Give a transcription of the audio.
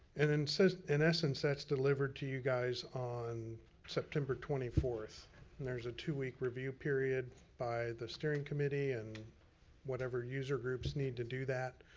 and and in essence, that's delivered to you guys on september twenty fourth, and there's a two-week review period by the steering committee and whatever user groups need to do that.